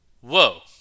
whoa